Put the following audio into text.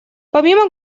помимо